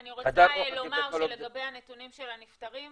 אני רוצה לומר שלגבי הנתונים של הנפטרים,